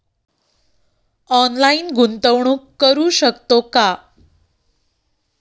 Online गुंतवणूक करू शकतो का?